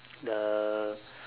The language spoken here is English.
the